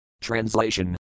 Translation